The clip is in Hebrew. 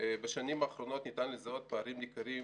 בשנים האחרונות ניתן לזהות פערים ניכרים